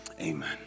Amen